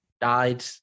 died